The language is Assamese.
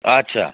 আচ্ছা